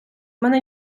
мене